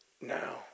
now